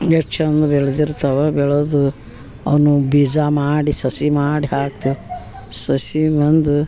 ಎಷ್ಟು ಚಂದ ಬೆಳ್ದಿರ್ತಾವೆ ಬೆಳೆದು ಅವನ್ನು ಬೀಜ ಮಾಡಿ ಸಸಿ ಮಾಡಿ ಹಾಕ್ತೇವೆ ಸಸಿಗೊಂದು